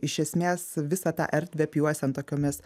iš esmės visą tą erdvę apjuosiant tokiomis